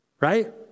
right